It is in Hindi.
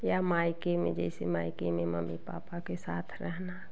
या मायके में जैसे मायके में मम्मी पापा के साथ रहना